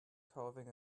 carving